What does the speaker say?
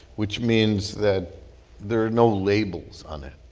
which means that there are no labels on it.